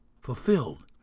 fulfilled